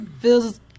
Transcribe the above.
feels